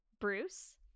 Bruce